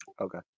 Okay